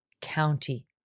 county